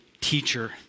teacher